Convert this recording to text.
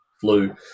flu